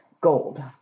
gold